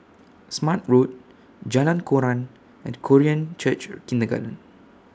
Smart Road Jalan Koran and Korean Church Kindergarten